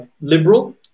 liberal